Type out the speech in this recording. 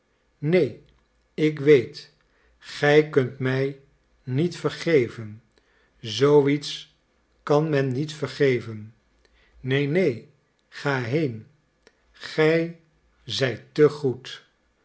neen ik weet gij kunt mij niet vergeven zoo iets kan men niet vergeven neen neen ga heen gij zijt te goed